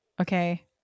okay